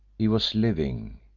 he was living,